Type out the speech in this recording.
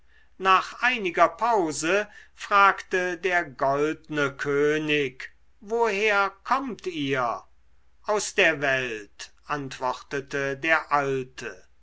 nach einiger pause fragte der goldne könig woher kommt ihr aus der welt antwortete der alte